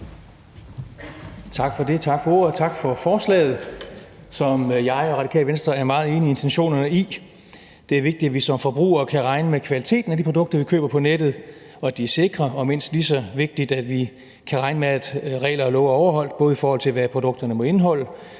Vinther (RV): Tak for ordet, og tak for forslaget, hvis intentioner jeg og Radikale Venstre er meget enige i. Det er vigtigt, at vi som forbrugere kan regne med kvaliteten af de produkter, vi køber på nettet, og at de er sikre; og det er mindst lige så vigtigt, at vi kan regne med, at regler og love er overholdt, både i forhold til hvad produkterne må indeholde,